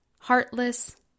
heartless